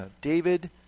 David